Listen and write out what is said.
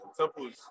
Temple's